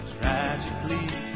tragically